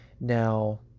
Now